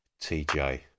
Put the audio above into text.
TJ